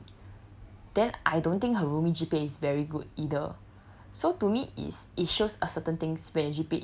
not that good then I don't think her roomie G_P_A is very good either